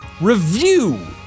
review